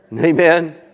Amen